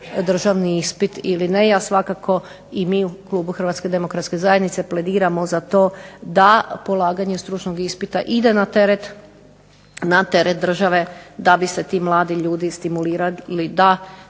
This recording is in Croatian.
državni ispit ili ne. Ja svakako, i mi u klubu HDZ-a plediramo da polaganje stručnog ispita ide na teret države da bi se ti mladi ljudi stimulirali da